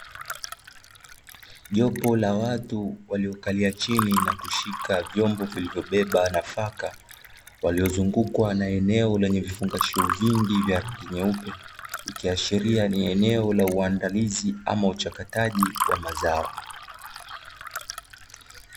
Jopo la watu waliokalia chini na kushika vyombo vilivyobeba nafaka, waliozungukwa na eneo lenye vifungashio vingi vya rangi nyeupe, ikiashiria ni eneo la uandalizi ama uchakataji wa mazao.